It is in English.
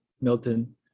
Milton